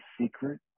secret